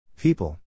People